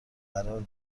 قرار